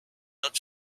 not